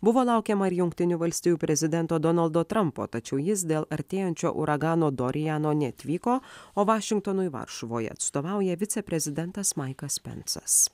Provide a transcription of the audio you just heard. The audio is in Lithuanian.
buvo laukiama ir jungtinių valstijų prezidento donaldo trampo tačiau jis dėl artėjančio uragano dorijano neatvyko o vašingtonui varšuvoje atstovauja viceprezidentas maikas pensas